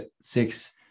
six